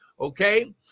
Okay